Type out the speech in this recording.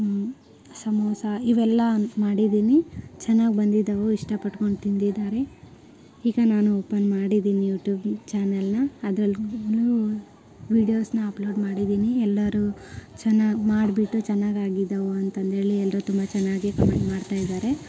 ಹ್ಞೂ ಸಮೋಸ ಇವೆಲ್ಲ ಮಾಡಿದ್ದೀನಿ ಚೆನ್ನಾಗ್ ಬಂದಿದ್ದವು ಇಷ್ಟಪಡ್ಕೊಂಡು ತಿಂದಿದ್ದಾರೆ ಈಗ ನಾನು ಓಪನ್ ಮಾಡಿದೀನಿ ಯೂಟೂಬ್ ಚಾನಲ್ನ ಅದ್ರಲ್ಲಿ ವಿಡಿಯೋಸ್ನ ಅಪ್ಲೋಡ್ ಮಾಡಿದೀನಿ ಎಲ್ಲರು ಚೆನ್ನಾಗ್ ಮಾಡಿಬಿಟ್ಟು ಚೆನ್ನಾಗಾಗಿದ್ದವು ಅಂತಂದೇಳಿ ಎಲ್ಲರೂ ತುಂಬ ಚೆನ್ನಾಗಿ ಕಮೆಂಟ್ ಮಾಡ್ತಾಯಿದಾರೆ